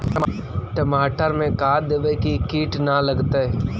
टमाटर में का देबै कि किट न लगतै?